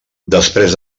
després